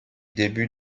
début